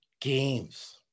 Games